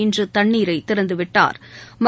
இன்று தண்ணீரை திறந்துவிட்டாா்